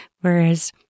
whereas